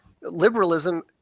liberalism